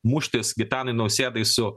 muštis gitanui nausėdai su